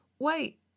Wait